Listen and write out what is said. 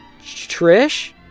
Trish